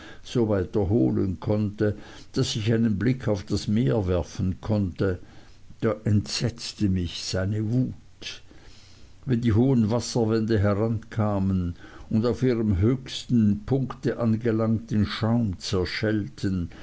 soweit erholen konnte daß ich einen blick auf das meer werfen konnte da entsetzte mich seine wut wenn die hohen wasserwände herankamen und auf ihrem höchsten punkte angelangt in schaum zerschellten